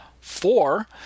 four